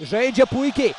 žaidžia puikiai